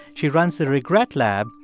she runs the regret lab,